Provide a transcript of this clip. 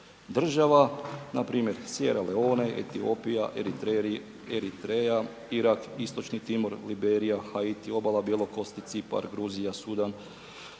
država, npr. Sierra Leone, Etiopija, Eritreja, Irak, Istočni Timor, Liberija, Haiti, Obala Bjelokosti, Cipar, Gruzija, Sudan,